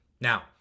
Now